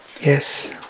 Yes